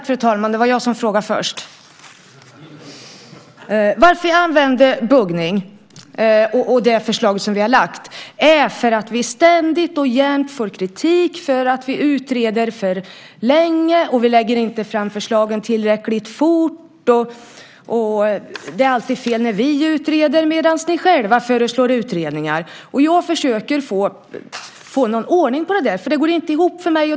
Fru talman! Det var jag som frågade först. Jag använde buggning och det förslag som är lagt för att vi ständigt och jämt får kritik för att vi utreder för länge och inte lägger fram förslag tillräckligt fort. Det är alltid fel när vi utreder trots att ni själva föreslår utredningar. Jag försöker få någon ordning på detta. Det går inte ihop för mig.